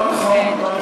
לא נכון.